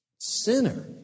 sinner